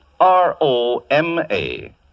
R-O-M-A